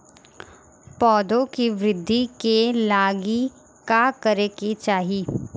पौधों की वृद्धि के लागी का करे के चाहीं?